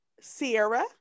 Sierra